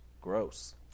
gross